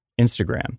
Instagram